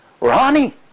Ronnie